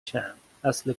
چند، اصل